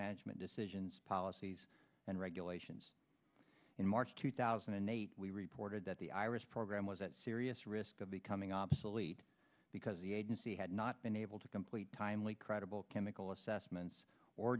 management decisions policies and regulations in march two thousand and eight we reported that the iris program was at serious risk of becoming obsolete because the agency had not been able to complete timely credible chemical assessments or